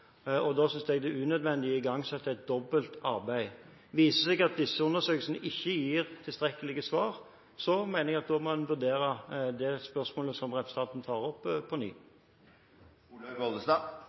Da synes jeg det er unødvendig å igangsette et dobbeltarbeid. Viser det seg at disse undersøkelsene ikke gir tilstrekkelige svar, mener jeg at en må vurdere det spørsmålet som representanten tar opp, på ny.